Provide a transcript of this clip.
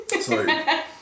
sorry